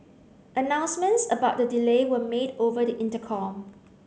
announcements about the delay were made over the intercom